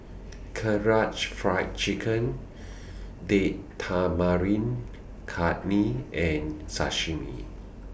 Karaage Fried Chicken Date Tamarind Chutney and Sashimi